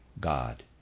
God